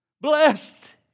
Blessed